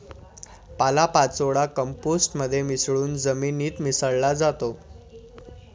पालापाचोळा कंपोस्ट मध्ये मिसळून जमिनीत मिसळला जातो